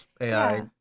AI